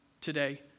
today